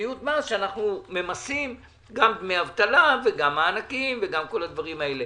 שאנחנו ממסים גם דמי אבטלה וגם מענקים וכל הדברים האלה.